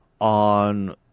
on